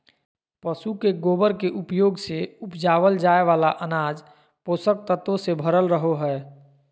पशु के गोबर के उपयोग से उपजावल जाय वाला अनाज पोषक तत्वों से भरल रहो हय